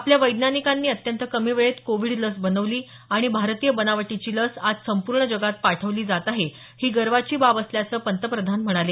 आपल्या वैज्ञानिकांनी अत्यंत कमी वेळेत कोविड लस बनवली आणि भारतीय बनावटीची लस आज संपूर्ण जगात पाठवली जात आहे ही गर्वाची बाब असल्याचं पंतप्रधान म्हणाले